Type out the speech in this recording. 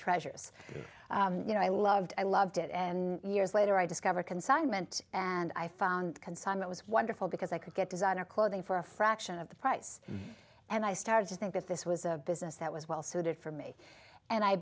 treasures you know i loved i loved it and years later i discovered consignment and i found consignment was wonderful because i could get designer clothing for a fraction of the price and i started to think that this was a business that was well suited for me and i